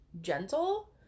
gentle